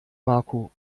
marco